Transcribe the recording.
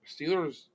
Steelers